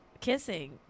Kissing